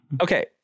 Okay